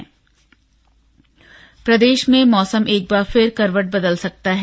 मौसम प्रदेा में मौसम एक बार फिर करवट बदल सकता है